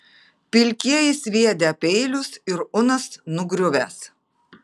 pilkieji sviedę peilius ir unas nugriuvęs